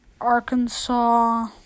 Arkansas